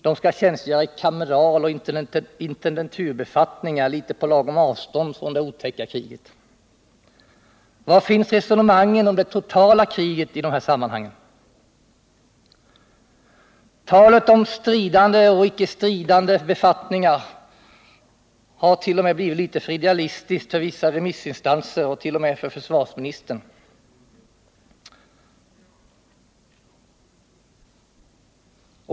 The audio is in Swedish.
De skall tjänstgöra i kameraloch intendenturbefattningar, på litet avstånd från det otäcka kriget. Var finns resonemangen om det totala kriget i de sammanhangen? Talet om stridande och icke-stridande befattningar har blivit litet för idealistiskt för vissa remissinstanser och t.o.m. för försvarsministern.